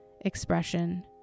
expression